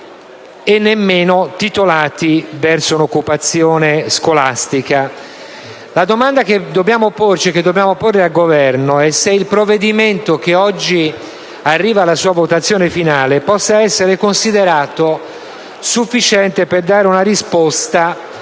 e nemmeno titolati verso l'occupazione scolastica. La domanda che dobbiamo porci e dobbiamo porre al Governo è se il provvedimento che oggi arriva alla sua votazione finale possa essere considerato sufficiente per dare una risposta